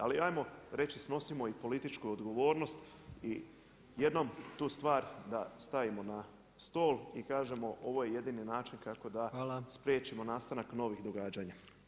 Ali ajmo reći snosimo i političku odgovornost i jednom tu stvar da stavimo na stol i kažemo ovo je jedini način kako da spriječimo nastanak novih događanja.